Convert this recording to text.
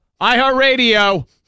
iHeartRadio